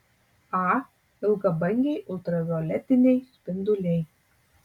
a ilgabangiai ultravioletiniai spinduliai